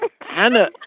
Hannah